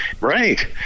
Right